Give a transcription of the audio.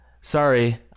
Sorry